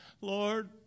Lord